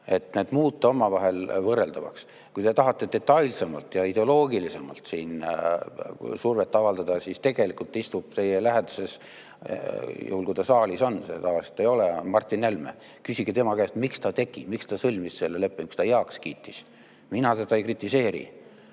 et need muuta omavahel võrreldavaks. Kui te tahate detailsemalt ja ideoloogilisemalt siin survet avaldada, siis tegelikult istub teie läheduses, juhul kui ta saalis on, see tavaliselt ei ole, Martin Helme. Küsige tema käest, miks ta tegi, miks ta sõlmis selle lepingu, heaks kiitis. Mina teda ei kritiseeri.